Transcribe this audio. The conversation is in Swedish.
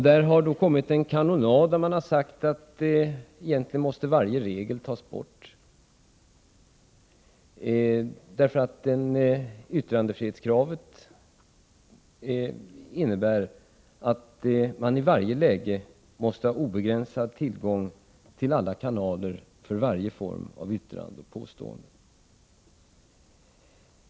Det har utlöst en kanonad, och man har sagt att egentligen måste varje regel tas bort därför att yttrandefrihetskravet innebär att man i varje läge måste ha obegränsad tillgång till alla kanaler för varje form av yttrande och påstående.